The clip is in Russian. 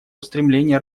устремления